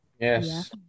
Yes